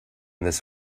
this